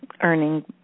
earning